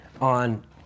on